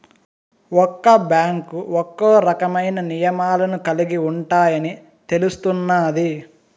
ఒక్క బ్యాంకు ఒక్కో రకమైన నియమాలను కలిగి ఉంటాయని తెలుస్తున్నాది